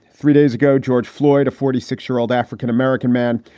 three days ago, george floyd, a forty six year old african-american man,